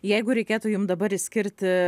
jeigu reikėtų jums dabar išskirti